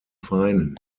feinen